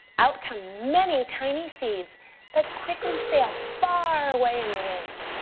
out come many tiny seeds that quickly sail far away in the wind.